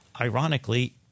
ironically